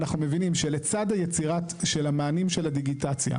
אנחנו מבינים שלצד היצירה של המענים של הדיגיטציה,